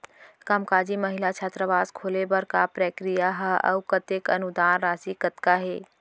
कामकाजी महिला छात्रावास खोले बर का प्रक्रिया ह अऊ कतेक अनुदान राशि कतका हे?